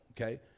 okay